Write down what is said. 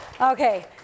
Okay